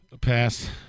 Pass